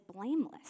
blameless